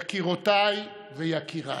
יקירותיי ויקיריי,